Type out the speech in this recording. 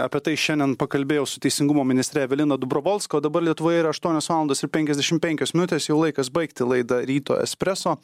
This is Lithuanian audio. apie tai šiandien pakalbėjau su teisingumo ministre evelina dobrovolska o dabar lietuvoje yra aštuonios valandos ir penkiasdešimt penkios minutės jau laikas baigti laidą ryto espresso